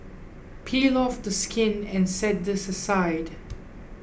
peel off the skin and set this aside